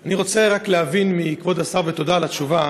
אני רוצה רק להבין מכבוד השר, ותודה על התשובה: